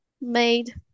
made